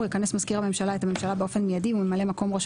יכנס מזכיר הממשלה את הממשלה באופן מיידי וממלא מקום ראש